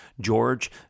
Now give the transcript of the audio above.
George